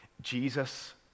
Jesus